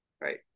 right